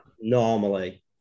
normally